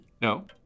No